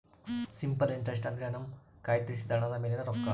simple interest ಅಂದ್ರೆ ನಮ್ಮ ಕಯ್ದಿರಿಸಿದ ಹಣದ ಮೇಲಿನ ರೊಕ್ಕ